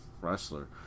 wrestler